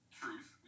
truth